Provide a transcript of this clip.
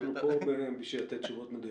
פה בשביל לתת תשובות מדויקות.